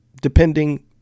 depending